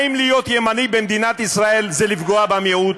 האם להיות ימני במדינת ישראל זה לפגוע במיעוט?